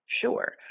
Sure